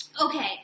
okay